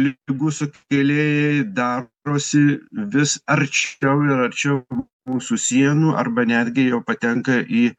ligų sukėlėjai darosi vis arčiau ir arčiau mūsų sienų arba netgi jau patenka į